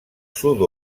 sud